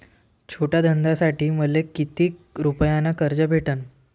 छोट्या धंद्यासाठी मले कितीक रुपयानं कर्ज भेटन?